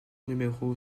numéro